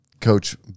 Coach